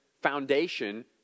foundation